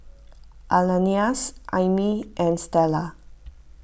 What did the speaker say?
Ananias Aimee and Stella